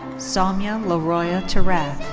somya laroia tirath.